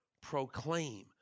proclaim